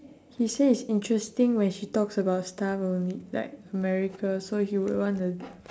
he say it's interesting when she talks about stuff only like america so he would want to